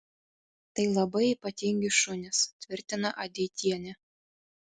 tai labai ypatingi šunys tvirtina aidietienė